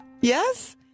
Yes